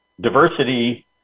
diversity